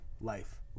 life